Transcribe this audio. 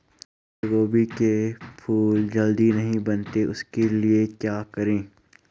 फूलगोभी के फूल जल्दी नहीं बनते उसके लिए क्या करें?